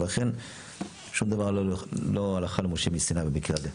לכן שום דבר לא הלכה למשה מסיני במקרה הזה.